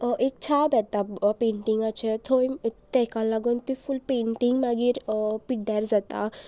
एक छाप येता पेंटिंगाचे थंय ताका लागून ती फूल पेंटींग मागीर पिड्ड्यार जाता